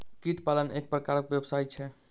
कीट पालन एक प्रकारक व्यवसाय छै